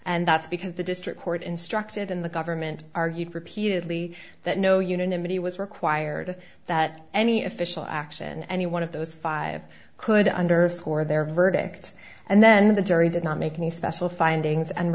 and that's because the district court instructed in the government argued repeatedly that no unanimity was required that any official action any one of those five could underscore their verdict and then the jury did not make any special findings and